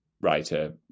writer